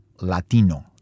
Latino